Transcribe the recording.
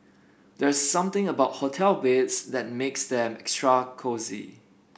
there's something about hotel beds that makes them extra cosy